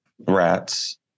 rats